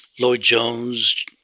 Lloyd-Jones